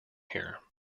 here